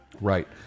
Right